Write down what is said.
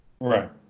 Right